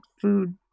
food